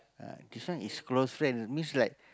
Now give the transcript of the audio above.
uh this one is close friend means like